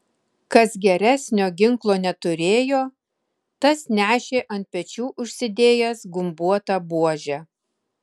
kas geresnio ginklo neturėjo tas nešė ant pečių užsidėjęs gumbuotą buožę